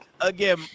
again